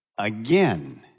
Again